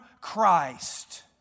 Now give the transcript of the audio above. Christ